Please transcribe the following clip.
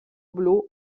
blu